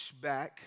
pushback